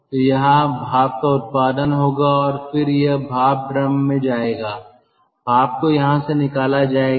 तो यहां भाप का उत्पादन होगा और फिर यह भाप ड्रम में जाएगा भाप को यहां से निकाला जाएगा